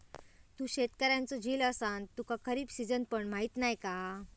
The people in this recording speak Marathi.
तू शेतकऱ्याचो झील असान तुका खरीप सिजन पण माहीत नाय हा